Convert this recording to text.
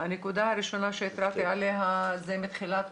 הנקודה הראשונה שהתרעתי עליה זה מתחילת